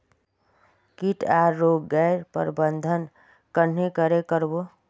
किट आर रोग गैर प्रबंधन कन्हे करे कर बो?